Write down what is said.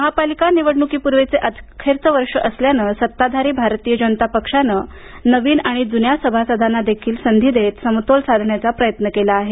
महापालिका निवडणूकीपूर्वीचे अखेरचे वर्ष असल्याने सत्ताधारी भारतीय जनता पक्षानं नवीन आणि जुन्या सभासदांना संधी देत समतोल साधण्याचा प्रयत्न केला आहे